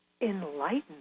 enlightened